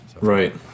Right